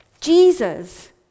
Jesus